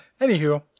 anywho